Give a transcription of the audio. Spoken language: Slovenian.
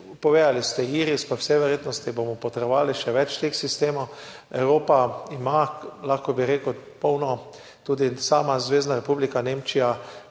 Povedali ste za IRIS, po vsej verjetnosti bomo potrebovali še več teh sistemov. Evropa jih ima, lahko bi rekel, polno, tudi sama Zvezna republika Nemčija